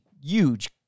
huge